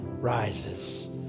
rises